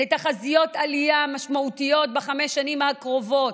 תחזיות עלייה משמעותיות בחמש השנים הקרובות.